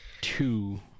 two